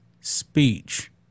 speech